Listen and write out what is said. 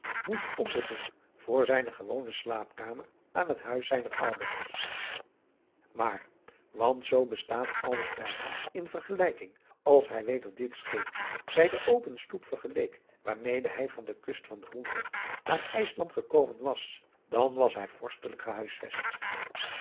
moest onderdoen voor zijne gewone slaapkamer aan het huis zijner ouders maar want zoo bestaat alles bijna in vergelijking als hij weder dit scheepje bij de open sloep vergeleek waarmede hij van de kust van groenland naar ijsland gekomen was dan was hij vorstelijk gehuisvest